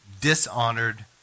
dishonored